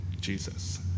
Jesus